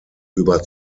über